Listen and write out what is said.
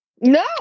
No